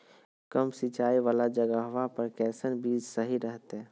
कम सिंचाई वाला जगहवा पर कैसन बीज सही रहते?